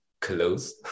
Close